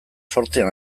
zortzian